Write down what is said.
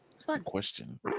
Question